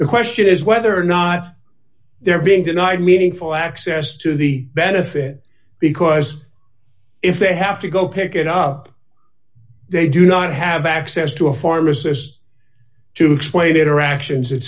the question is whether or not they're being denied meaningful access to the benefit because if they have to go pick it up they do not have access to a pharmacist to explain the interactions